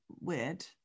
weird